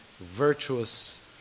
virtuous